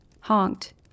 honked